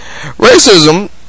racism